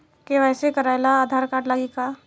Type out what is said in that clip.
KYC करावे ला Aadhaar card लागी का?